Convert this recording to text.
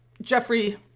jeffrey